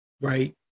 right